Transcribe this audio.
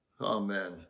Amen